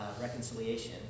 reconciliation